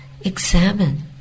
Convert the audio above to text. examine